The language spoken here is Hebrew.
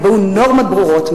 נקבעו נורמות ברורות,